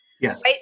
Yes